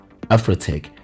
afrotech